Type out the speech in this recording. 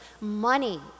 money